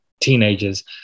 teenagers